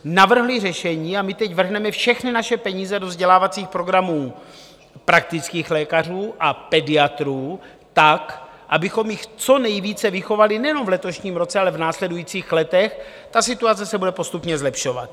Navrhli řešení a my teď vrhneme všechny naše peníze do vzdělávacích programů praktických lékařů a pediatrů tak, abychom jich co nejvíce vychovali nejenom v letošním roce, ale v následujících letech, ta situace se bude postupně zlepšovat.